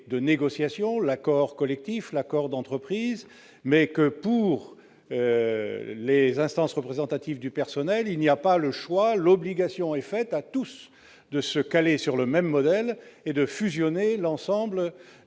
de négociation, l'accord collectif, l'accord d'entreprise, mais pour les instances représentatives du personnel, il n'y a pas le choix. L'obligation est faite à tous de se caler sur le même modèle et de fusionner l'ensemble